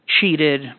cheated